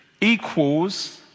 equals